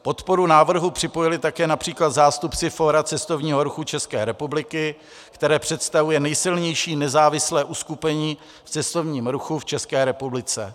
Podporu návrhu připojili také například zástupci Fóra cestovního ruchu České republiky, které představuje nejsilnější nezávislé uskupení v cestovním ruchu v České republice.